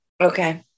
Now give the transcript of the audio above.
okay